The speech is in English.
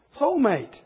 soulmate